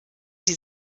die